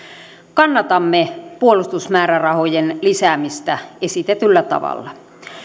kannatamme puolustusmäärärahojen lisäämistä esitetyllä tavalla